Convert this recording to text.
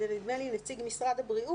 נדמה לי על ידי נציג משרד הבריאות,